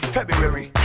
February